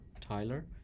Tyler